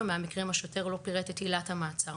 מהמקרים השוטר לא פירט את עילת המעצר.